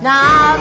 Now